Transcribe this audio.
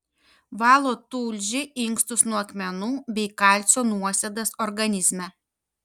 valo tulžį inkstus nuo akmenų bei kalcio nuosėdas organizme